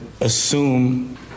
assume